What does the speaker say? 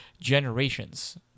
generations